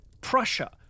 prussia